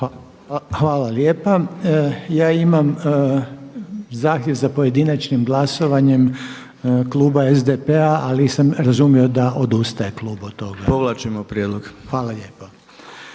Hvala lijepa. Ja imam zahtjev za pojedinačnim glasovanje kluba SDP-a ali sam razumio da razumio da odustaje klub od toga. **Bauk, Arsen (SDP)**